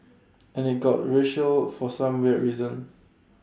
and IT got racial for some weird reason